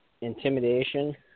intimidation